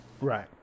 Right